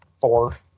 four